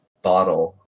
bottle